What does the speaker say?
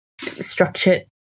structured